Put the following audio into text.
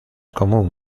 común